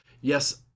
yes